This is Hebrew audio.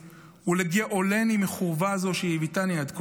ולגאלני מחורבה הזו שהביאתני עד כה".